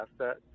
asset